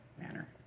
manner